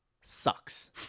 sucks